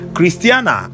Christiana